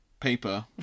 paper